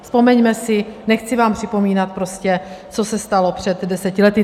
Vzpomeňme si, nechci vám připomínat prostě, co se stalo před deseti lety.